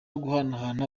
guhanahana